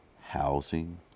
HOUSING